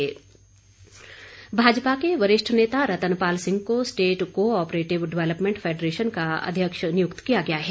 अध्यक्ष नियुक्त भाजपा के वरिष्ठ नेता रतन पाल सिंह को स्टेट कोऑपरेटिव डेवलपमेंट फैंडरेशन का अध्यक्ष नियुक्त किया गया है